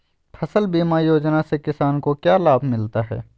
फसल बीमा योजना से किसान को क्या लाभ मिलता है?